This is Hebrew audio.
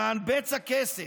למען בצע כסף,